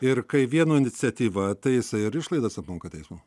ir kai vieno iniciatyva taiso ir išlaidas apmoka teismai